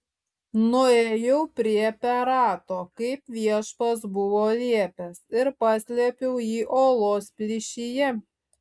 nuėjau prie perato kaip viešpats buvo liepęs ir paslėpiau jį uolos plyšyje